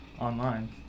Online